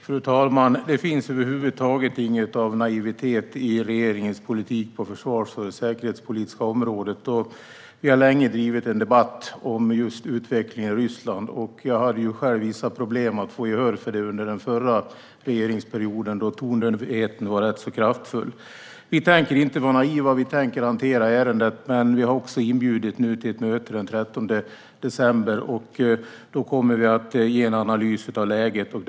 Fru talman! Det finns över huvud taget ingen naivitet i regeringens politik på det försvars och säkerhetspolitiska området. Vi har länge drivit en debatt om just utvecklingen i Ryssland. Jag hade själv vissa problem att få gehör för detta under den förra regeringsperioden, då tondövheten var rätt kraftfull. Vi tänker inte vara naiva. Vi tänker hantera ärendet. Vi har alltså inbjudit till ett möte den 13 december, och då kommer vi att ge en analys av läget.